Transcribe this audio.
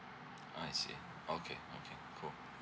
I see okay okay cool